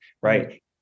right